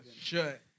Shut